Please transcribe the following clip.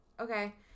okay